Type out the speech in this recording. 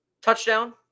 Touchdown